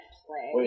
play